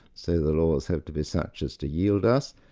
so the laws have to be such as to yield us,